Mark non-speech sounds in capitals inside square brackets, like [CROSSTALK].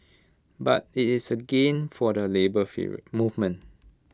but IT is A gain for the labour [UNINTELLIGIBLE] movement